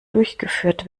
durchgeführt